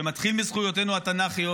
-- שמתחיל בזכויותינו התנ"כיות,